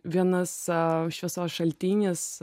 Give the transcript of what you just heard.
vienas šviesos šaltinis